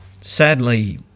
Sadly